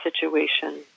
situation